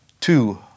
two